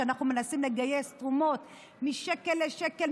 שאנחנו מנסים לגייס תרומות משקל שקל,